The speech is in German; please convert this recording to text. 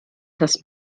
das